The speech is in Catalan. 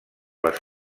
les